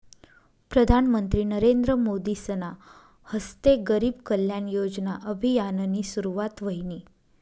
प्रधानमंत्री नरेंद्र मोदीसना हस्ते गरीब कल्याण योजना अभियाननी सुरुवात व्हयनी